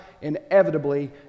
inevitably